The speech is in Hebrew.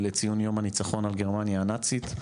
לציון יום הניצחון על גרמניה הנאצית,